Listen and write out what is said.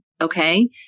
Okay